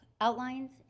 outlines